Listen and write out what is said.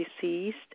deceased